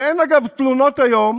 ואין, אגב, תלונות היום